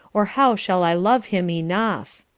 or how shall i love him enough?